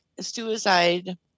suicide